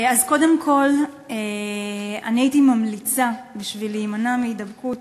קודם כול, הייתי ממליצה, בשביל להימנע מההידבקות